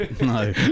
no